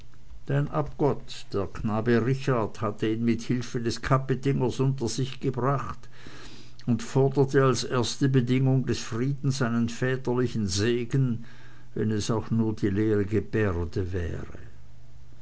abgott der knabe richard hatte ihn mit hilfe des kapetingers unter sich gebracht und forderte als erste bedingung des friedens einen väterlichen segen wenn es auch nur die leere gebärde wäre